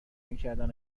میکردن